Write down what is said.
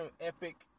epic